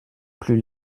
plus